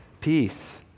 peace